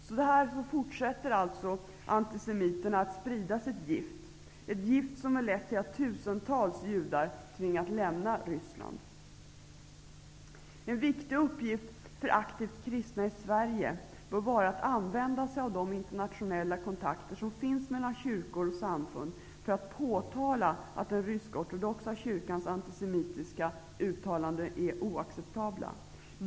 Så fortsätter alltså antisemiterna att sprida sitt gift, ett gift som har lett till att tusentals judar har tvingats lämna Ryssland. En viktig uppgift för aktivt kristna i Sverige bör vara att använda sig av de internationella kontakter som finns mellan kyrkor och samfund för att påtala att den rysk-ortodoxa kyrkans antisemitiska uttalanden är oacceptabla.